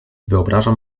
wyobrażam